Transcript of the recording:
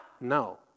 No